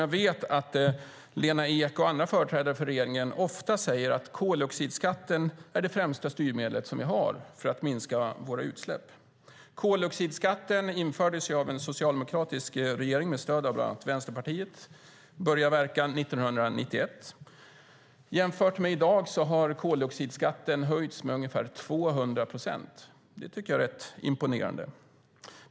Jag vet att Lena Ek och andra företrädare för regeringen ofta säger att koldioxidskatten är det främsta styrmedlet vi har för att minska våra utsläpp. Koldioxidskatten infördes av en socialdemokratisk regering, med stöd av bland annat Vänsterpartiet. Den började verka 1991. Man kan jämföra med i dag. Då har koldioxidskatten höjts med ungefär 200 procent. Det tycker jag är rätt imponerande.